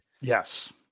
Yes